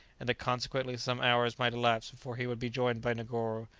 and that consequently some hours might elapse before he would be joined by negoro,